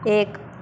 एक